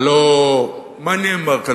הלוא מה נאמר כאן?